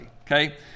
Okay